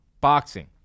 BOXING